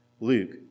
Luke